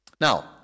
Now